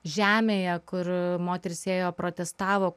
žemėje kur moterys ėjo protestavo